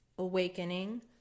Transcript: Awakening